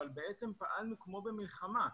אבל בעצם פעלנו כמו במלחמה.